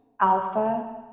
Alpha